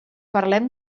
parlem